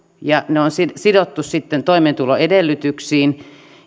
ja ne on sidottu sitten toimeentuloedellytyksiin